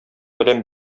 белән